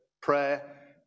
prayer